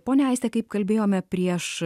ponia aiste kaip kalbėjome prieš